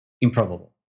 improbable